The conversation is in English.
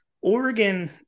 Oregon